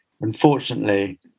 Unfortunately